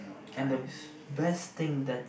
nice